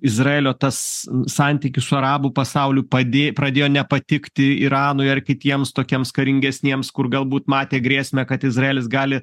izraelio tas santykis su arabų pasauliu padė pradėjo nepatikti iranui ar kitiems tokiems karingesniems kur galbūt matė grėsmę kad izraelis gali